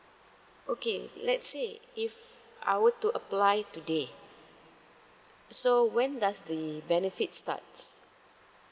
okay let's say if I were to apply today so when does the benefits starts